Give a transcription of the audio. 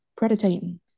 predating